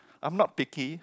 I'm not picky